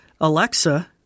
Alexa